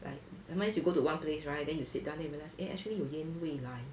like sometimes you go to one place [right] then you sit down you realise eh actually 有烟味来